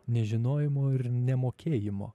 nežinojimo ir nemokėjimo